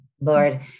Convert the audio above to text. Lord